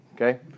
Okay